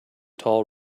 tall